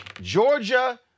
Georgia